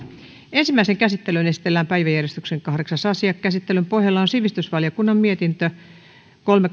ensimmäiseen käsittelyyn esitellään päiväjärjestyksen kahdeksas asia käsittelyn pohjana on sivistysvaliokunnan mietintö kolme